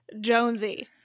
jonesy